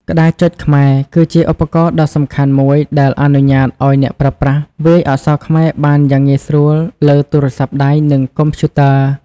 ក្តារចុចខ្មែរ គឺជាឧទាហរណ៍ដ៏សំខាន់មួយដែលអនុញ្ញាតឱ្យអ្នកប្រើប្រាស់វាយអក្សរខ្មែរបានយ៉ាងងាយស្រួលលើទូរស័ព្ទដៃ និងកុំព្យូទ័រ។